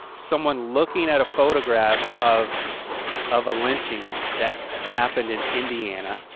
someone looking at a photograph of of a lynching that happened in indiana